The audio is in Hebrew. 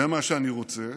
זה מה שאני רוצה.